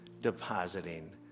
depositing